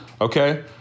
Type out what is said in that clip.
okay